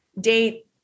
date